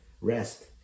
rest